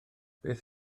beth